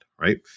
right